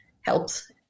helps